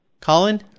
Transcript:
Colin